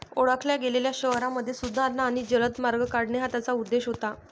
ओळखल्या गेलेल्या शहरांमध्ये सुधारणा आणि जलद मार्ग काढणे हा त्याचा उद्देश होता